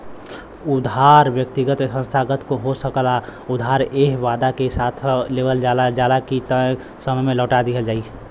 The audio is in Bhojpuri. उधार व्यक्तिगत संस्थागत हो सकला उधार एह वादा के साथ लेवल जाला की तय समय में लौटा दिहल जाइ